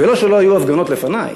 ולא שלא היו הפגנות לפני,